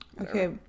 okay